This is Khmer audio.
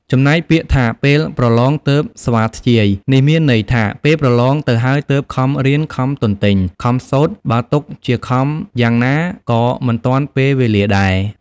ចំណែកពាក្យថាពេលប្រឡងទើបស្វាធ្យាយ នេះមានន័យថាពេលប្រលងទៅហើយ ទើបខំរៀន ខំទន្ទេញ ខំសូត្រ បើទុកជាខំយ៉ាងណា ក៏មិនទាន់ពេលវេលាដែរ ។